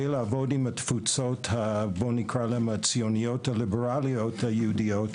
לעבוד עם התפוצות הציוניות הליברליות היהודיות,